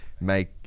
make